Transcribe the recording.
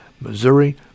Missouri